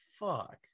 Fuck